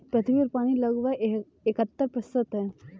पृथ्वी पर पानी लगभग इकहत्तर प्रतिशत है